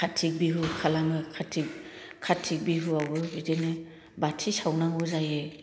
काटि बिहु आवबो बिदिनो बाथि सावनांगौ जायो